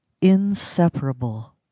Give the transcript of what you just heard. inseparable